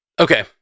Okay